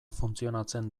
funtzionatzen